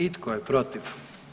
I tko je protiv?